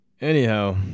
Anyhow